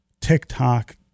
TikTok